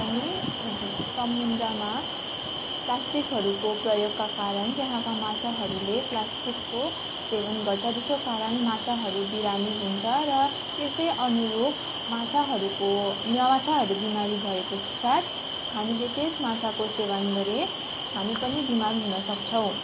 पनि समुद्रमा प्लास्टिकहरूको प्रयोगका कारण त्यहाँका माछाहरूले प्लास्टिकको सेवन गर्छ जसको कारण माछाहरू बिरामी हुन्छ र त्यसै अनुरूप माछाहरूको माछाहरू बिमारी भएपश्चात हामीले त्यस माछाको सेवन गरे हामी पनि बिमार हुन सक्छौँ